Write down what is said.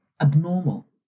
abnormal